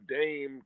Dame